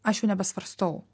aš jau nebesvarstau